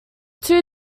too